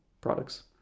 products